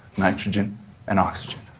nitrogen and oxygen.